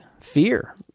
Fear